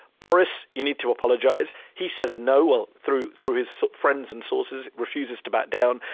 boris, you need to apologize. he says no, through through his friends and sources, refuses to back down.